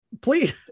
Please